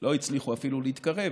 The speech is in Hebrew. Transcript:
לא הצליחו אפילו להתקרב,